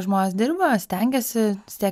žmonės dirba stengiasi vis tiek